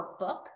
workbook